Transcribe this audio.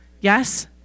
Yes